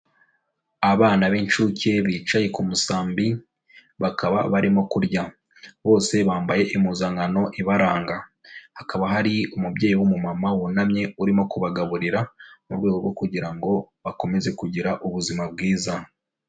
Abana b'inshuke bicaye ku musambi, bakaba barimo kurya, bose bambaye impuzankano ibaranga. Hakaba hari umubyeyi w'umumama wunamye urimo kubagaburira mu rwego rwo kugira ngo bakomeze kugira ubuzima bwiza.